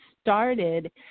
started